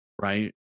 Right